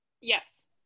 Yes